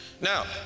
Now